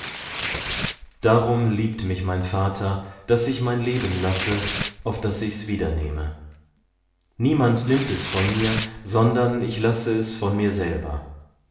darum liebt mich mein vater daß ich mein leben lasse auf daß ich's wiedernehme niemand nimmt es von mir sondern ich lasse es von mir selber